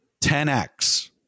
10X